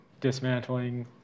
dismantling